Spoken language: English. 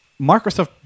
Microsoft